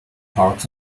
parks